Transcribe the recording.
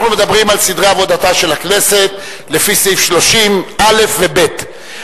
אנחנו מדברים על סדרי עבודתה של הכנסת לפי סעיף 130(א) ו-(ב).